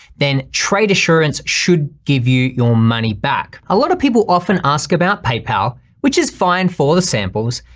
then trade assurance should give you your money back. a lot of people often ask about paypal which is fine for the samples.